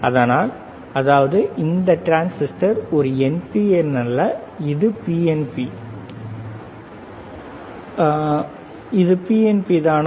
அதனால் அதாவது இந்த டிரான்சிஸ்டர் ஒரு NPN அல்ல அது PNP தானா